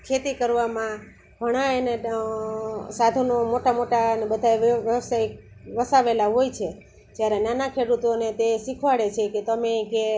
ખેતી કરવામાં ઘણાં ને સાધનો મોટા મોટાને બધાં વ્ય વ્યવસાયિક વસાવેલા હોય છે જ્યારે નાના ખેડૂતોને તે શિખવાડે છેકે તમે કે